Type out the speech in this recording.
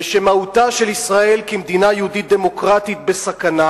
שמהותה של ישראל כמדינה יהודית-דמוקרטית בסכנה